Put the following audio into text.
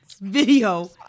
video